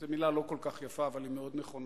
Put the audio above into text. זו מלה לא כל כך יפה, אבל היא מאוד נכונה,